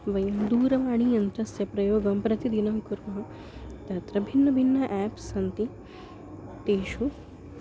वयं दूरवाणीयन्त्रस्य प्रयोगं प्रतिदिनं कुर्मः तत्र भिन्नभिन्नम् एप्स् सन्ति तेषु